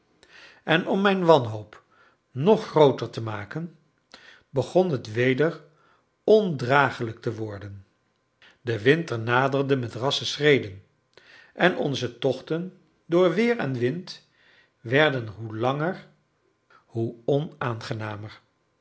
en om mijn wanhoop nog grooter te maken begon het weder ondragelijk te worden de winter naderde met rasse schreden en onze tochten door weer en wind werden hoe langer hoe onaangenamer